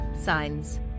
signs